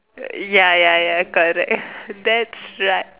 ya ya ya correct uh that's right